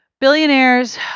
billionaires